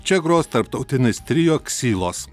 čia gros tarptautinis trio ksylos